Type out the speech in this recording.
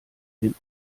den